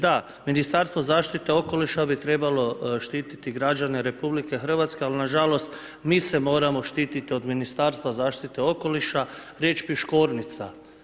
Da, Ministarstvo zaštite okoliša bi trebalo štititi građane RH ali nažalost mi se moramo štititi od Ministarstva zaštite okoliša, riječ Piškornica.